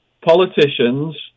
politicians